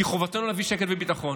כי חובתנו להביא שקט וביטחון,